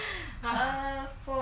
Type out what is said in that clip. err phone